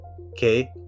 Okay